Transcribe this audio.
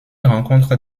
rencontre